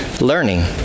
learning